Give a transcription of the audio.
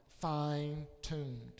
fine-tuned